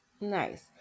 Nice